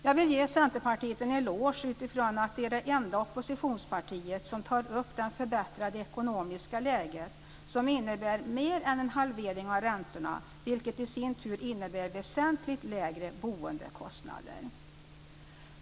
Jag vill ge Centerpartiet en eloge utifrån att det är det enda oppositionspartiet som tar upp det förbättrade ekonomiska läget, som innebär mer än en halvering av räntorna, vilket i sin tur innebär väsentligt lägre boendekostnader.